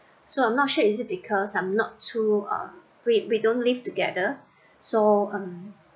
so I'm not sure is it because I'm not too um we we don't live together so um